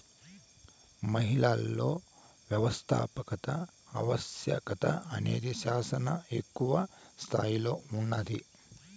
మహిళలలో వ్యవస్థాపకత ఆవశ్యకత అనేది శానా ఎక్కువ స్తాయిలో ఉన్నాది